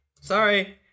Sorry